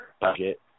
budget